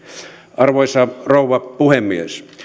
arvoisa rouva puhemies